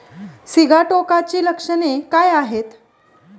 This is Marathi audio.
सिगाटोकाची लक्षणे काय आहेत?